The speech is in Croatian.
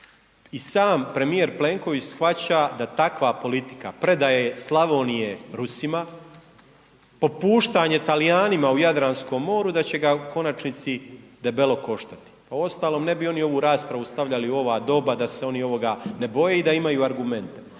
i sam premijer Plenković shvaća da takva politika predaje Slavonije Rusima, popuštanje Talijanima u Jadranskom moru da će ga u konačnici debelo koštati. Uostalom ne bi oni ovu raspravu stavljali u ova doba da se oni ovoga ne boje i da imaju argumente.